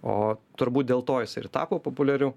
o turbūt dėl to jis ir tapo populiariu